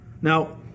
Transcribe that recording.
Now